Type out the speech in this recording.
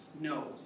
No